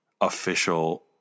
official